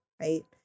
Right